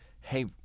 hey